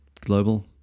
global